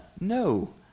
no